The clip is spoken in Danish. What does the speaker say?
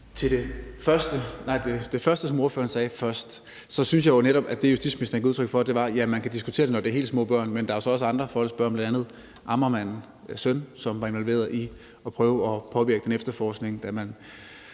tage det første, som ordføreren sagde, først synes jeg jo netop, at det, justitsministeren gav udtryk for, var, at man kan diskutere det, når det er helt små børn, men der er jo så også andre folks børn, bl.a. Amagermandens søn, som var involveret i at prøve at påvirke efterforskningen, da man